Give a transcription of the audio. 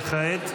וכעת?